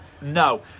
No